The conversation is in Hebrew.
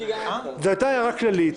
זאת הייתה הערה כללית.